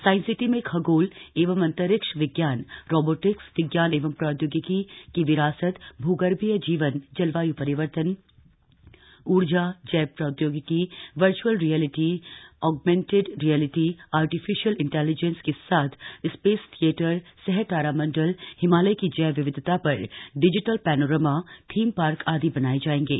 science city में खगोल एवं अंतरिक्ष विज्ञान रोबोटिक्स विज्ञान एवं प्रौदोगिकी की विरासत भूगर्भीय जीवन जलवायु परिवर्तन ऊर्जा जैव प्रौद्योगिकी virtual reality augmented reality artificial intelligence के साथ स्पेस थियेटर सह तारामंडल हिमालय की जैव विविधता पर डिजिटल पैनोरमा थीम पार्क आदि बनाये जाएंगे